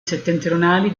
settentrionali